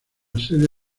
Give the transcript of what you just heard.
sede